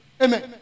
Amen